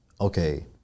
okay